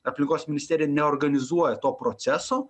aplinkos ministerija neorganizuoja to proceso